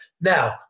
Now